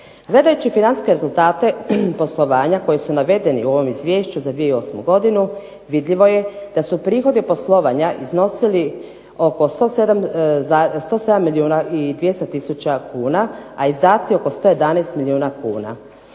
Gledajući financijske rezultate poslovanja koji su navedeni u ovom izvješću za 2008. godinu vidljivo je da su prihodi poslovanja iznosili oko 107 milijuna i 200 tisuća kuna, a izdaci oko 111 milijuna kuna,